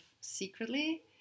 secretly